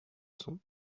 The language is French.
sons